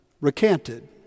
recanted